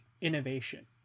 innovation